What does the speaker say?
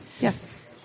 Yes